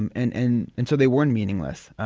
and and and and so they weren't meaningless,